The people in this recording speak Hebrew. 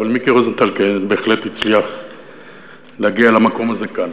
אבל מיקי רוזנטל בהחלט הצליח להגיע למקום הזה כאן.